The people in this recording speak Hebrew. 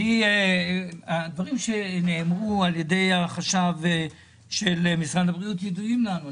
הדברים שנאמרו על ידי החשב של משרד הבריאות ידועים לנו.